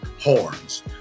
horns